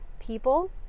people